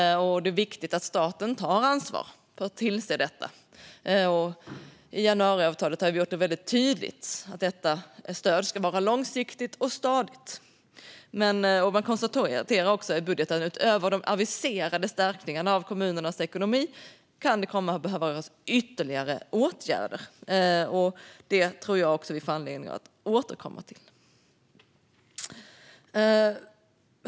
Det är viktigt att staten tar ansvar för att tillse detta, och i januariavtalet har vi gjort det väldigt tydligt att stödet ska vara långsiktigt och stadigt. Man konstaterar också i budgeten att det utöver de aviserade förstärkningarna av kommunernas ekonomi kan komma att behövas ytterligare åtgärder, vilket jag tror att vi får anledning att återkomma till.